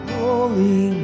holy